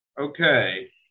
Okay